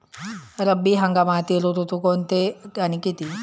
रब्बी हंगामातील ऋतू कोणते आणि किती?